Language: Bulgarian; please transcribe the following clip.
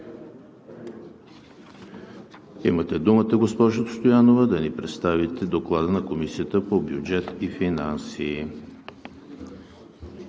Имате думата, госпожо Стоянова, за да ни представите Доклада на Комисията по бюджет и финанси.